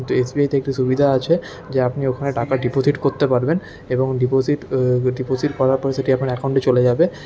কিন্তু S B আইতে একটি সুবিধা আছে যে আপনি ওখানে টাকা ডিপোজিট করতে পারবেন এবং ডিপোজিট ডিপোজিট করার পরে সেটি আপনার অ্যাকাউন্টে চলে যাবে